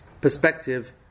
perspective